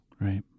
Right